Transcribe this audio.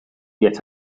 yet